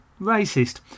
racist